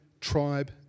tribe